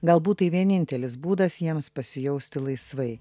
galbūt tai vienintelis būdas jiems pasijausti laisvai